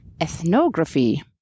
ethnography